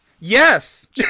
Yes